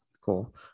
cool